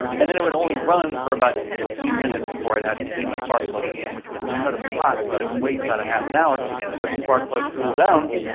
and then it would only run for about fifteen minutes before i'd have to clean the sparkplug again. which was incredibly hot, so i had to wait about a half an hour, let the spark plug cool down.